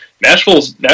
Nashville's